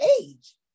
age